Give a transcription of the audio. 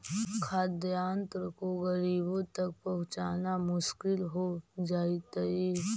खाद्यान्न को गरीबों तक पहुंचाना मुश्किल हो जइतइ